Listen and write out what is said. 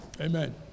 Amen